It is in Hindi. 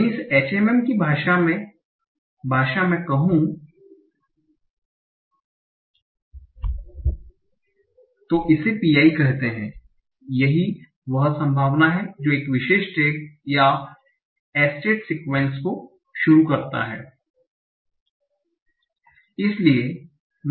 मैं इसे HMM की भाषा में भाषा में कहूं तो इसे pi कहते हैं यही वह संभावना है जो एक विशेष टैग या एस्टेट सीक्वन्स को शुरू करता है